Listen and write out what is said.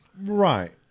Right